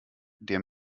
der